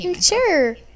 Sure